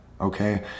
Okay